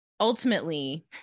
ultimately